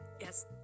Yes